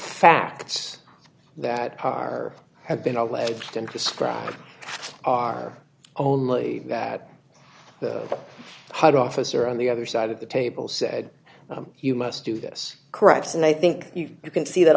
facts that are have been alleged and described are only that the hot officer on the other side of the table said you must do this crisis and i think you can see that